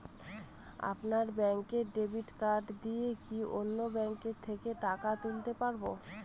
আপনার ব্যাংকের debit card দিয়ে কি অন্য ব্যাংকের থেকে টাকা তুলতে পারবো?